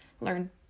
learn